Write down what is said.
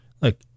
Look